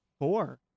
four